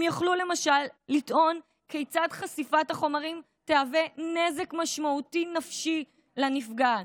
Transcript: הם יוכלו למשל לטעון כי חשיפת החומרים תהווה נזק משמעותי נפשי לנפגעת.